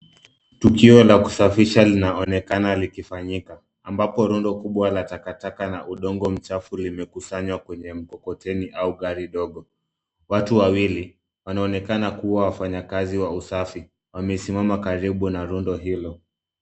Tukio la kusafisha linaonekana likifanyika, ambapo rundo kubwa la takataka na udongo mchafu limekusanywa kwenye mkokoteni au gari dogo. Watu wawili wanaoonekana kuwa wafanyakazi wa usafi wamesimama karibu na rundo hilo.